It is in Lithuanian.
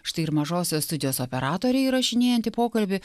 štai ir mažosios studijos operatorė įrašinėjanti pokalbį